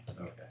Okay